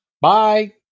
Bye